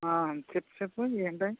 చెప్పు చెప్పు ఎంటి